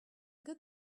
good